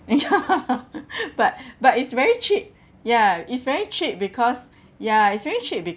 ya but but it's very cheap ya it's very cheap because ya it's very cheap